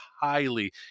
highly